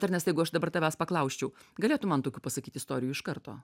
ernestai jeigu aš dabar tavęs paklausčiau galėtum man tokių pasakyt istorijų iš karto